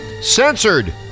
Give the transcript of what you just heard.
Censored